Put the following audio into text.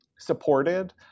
Supported